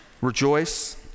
rejoice